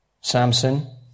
Samson